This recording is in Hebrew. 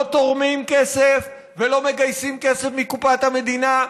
לא תורמים כסף ולא מגייסים כסף מקופת המדינה.